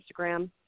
Instagram